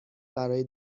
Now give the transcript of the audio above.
برای